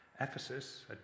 Ephesus